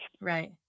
Right